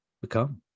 become